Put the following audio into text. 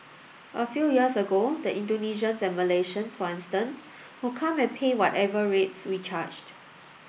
a few years ago the Indonesians and Malaysians for instance would come and pay whatever rates we charged